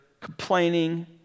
complaining